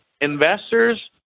investors –